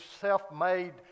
self-made